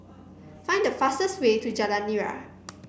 find the fastest way to Jalan Nira